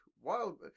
wild